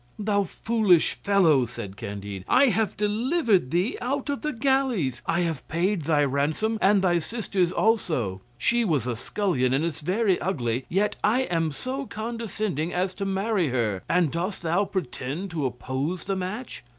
thou foolish fellow, said candide i have delivered thee out of the galleys, i have paid thy ransom, and thy sister's also she was a scullion, and is very ugly, yet i am so condescending as to marry her and dost thou pretend to oppose the match?